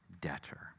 debtor